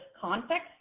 context